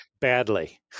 badly